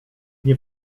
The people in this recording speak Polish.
nie